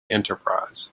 enterprise